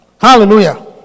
hallelujah